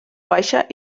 baixa